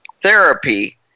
therapy